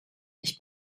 ich